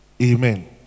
Amen